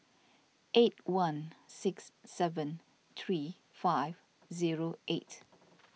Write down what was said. eight one six seven three five zero eight